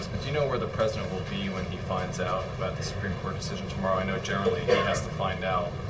you know where the president will be when he finds out about the supreme court decision tomorrow? i know, generally, he has to find out,